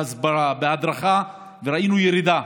בהסברה, בהדרכה, וראינו ירידה.